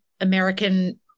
American